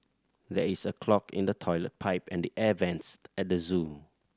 there is a clog in the toilet pipe and the air vents at the zoo